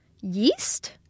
Yeast